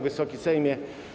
Wysoki Sejmie!